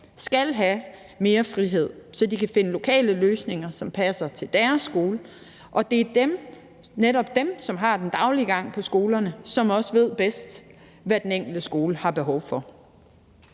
skal have mere frihed, så de kan finde lokale løsninger, som passer til deres skole. Og det er netop dem, som har den daglige gang på skolerne, som også ved bedst, hvad den enkelte skole har behov for.